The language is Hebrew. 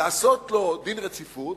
לעשות לו דין רציפות,